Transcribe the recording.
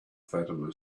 fatima